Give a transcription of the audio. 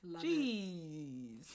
Jeez